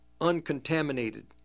uncontaminated